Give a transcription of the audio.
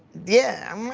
yeah.